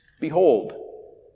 Behold